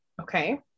okay